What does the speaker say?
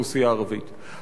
האוכלוסייה הערבית,